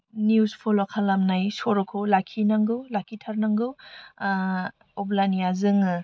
news फल' खालामनाय सर'खौ लाखिनांगौ लाखिथारनांगौ अब्लानिया जोङो